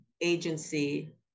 agency